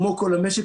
כמו כל המשק,